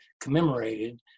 commemorated